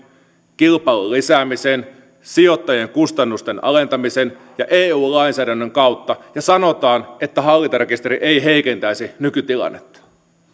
kilpailun lisäämisen sijoittajien kustannusten alentamisen ja eu lainsäädännön kautta ja sanotaan että hallintarekisteri ei heikentäisi nykytilannetta